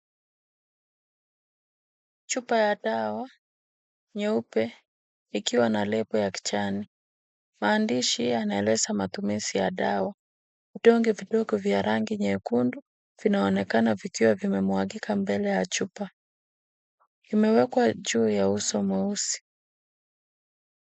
Chupa ya dawa nyeupe ikiwa na lebo ya kijani . Maandishi yanaeleza matumizi ya dawa. Vidonge vidogo vya rangi nyekundu vinaonekana vikiwa vimemwagika mbele ya chupa. Vimewekwa juu ya uso mweusi.